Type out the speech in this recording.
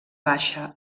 baixa